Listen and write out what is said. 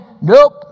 Nope